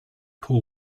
paul